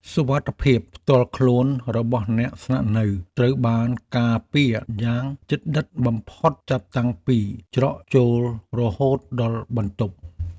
សុវត្ថិភាពផ្ទាល់ខ្លួនរបស់អ្នកស្នាក់នៅត្រូវបានការពារយ៉ាងជិតដិតបំផុតចាប់តាំងពីច្រកចូលរហូតដល់បន្ទប់។